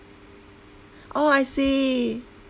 oh I see